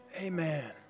amen